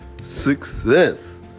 success